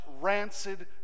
rancid